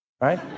right